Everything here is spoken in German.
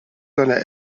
seiner